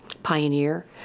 Pioneer